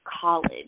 college